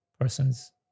person's